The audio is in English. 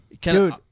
dude